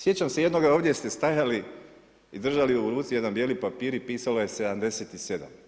Sjećam se jednoga, ovdje stajali i držali u ruci jedan bijeli papir i pisalo je 77.